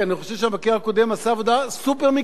כי אני חושב שהמבקר הקודם עשה עבודה סופר-מקצועית,